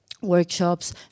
workshops